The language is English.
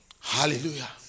Hallelujah